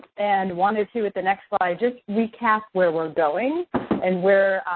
and wanted to, at the next slide, just recast where we're going and where,